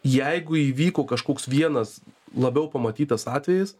jeigu įvyko kažkoks vienas labiau pamatytas atvejis